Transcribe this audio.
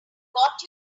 got